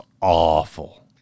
awful